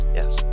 Yes